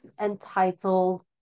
entitled